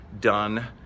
done